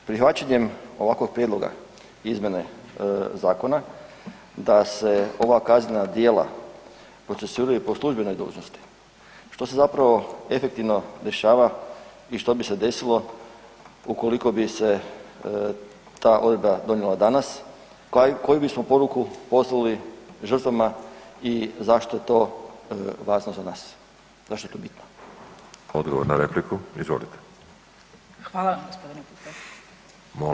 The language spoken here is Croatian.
Prihvaćanjem ovakvog prijedloga izmjene zakona, da se ova kaznena djela procesuiraju po službenoj dužnosti, što se zapravo efektivno dešava i što bi se desilo ukoliko bi se ta odredba donijela danas, koja bismo poruku poslali žrtvama i zašto je to važno za nas, zašto je to bitno?